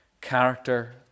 character